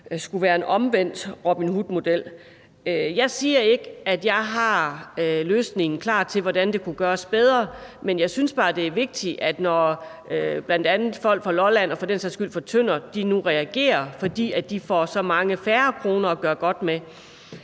skulle være en omvendt Robin Hood-model. Jeg siger ikke, at jeg har løsningen på, hvordan det kunne gøres bedre, klar, men jeg synes bare, det er vigtigt, at man, når bl.a. folk fra Lolland og for den sags skyld fra Tønder nu reagerer, fordi de får så mange færre kroner at gøre godt med,